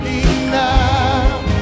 enough